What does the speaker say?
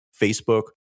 Facebook